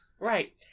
Right